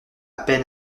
peine